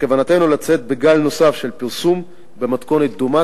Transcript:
בכוונתנו לצאת בגל נוסף של פרסום במתכונת דומה,